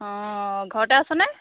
অঁ ঘৰতে আছ নে